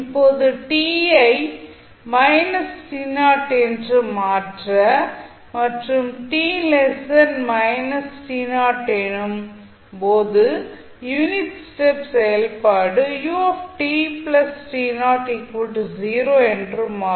இப்போது t ஐ என்று மாற்ற மற்றும் எனும் போது யூனிட் ஸ்டெப் செயல்பாடு என்று மாறும்